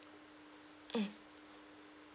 mm